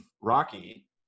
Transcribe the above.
Rocky